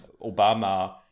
Obama